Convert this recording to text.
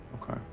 Okay